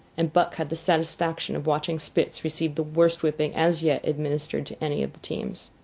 and buck had the satisfaction of watching spitz receive the worst whipping as yet administered to any of the teams.